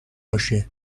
باشه